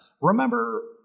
Remember